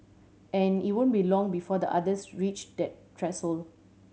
and it won't be long before the otters reach that threshold